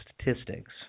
statistics